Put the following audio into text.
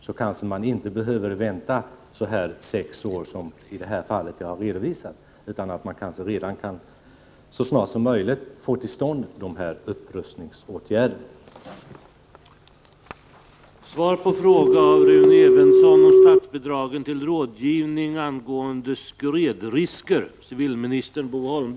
Då kanske vi inte, som i det fall jag har redovisat, behöver vänta sex år, utan kan få till stånd upprustningsåtgärder så snart som möjligt.